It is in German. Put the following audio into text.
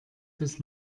bis